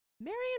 Marion